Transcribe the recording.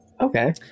okay